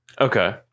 Okay